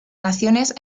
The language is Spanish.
naciones